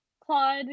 Claude